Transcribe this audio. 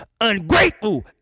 ungrateful